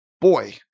Boy